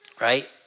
right